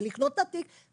זה לקנות את התיק.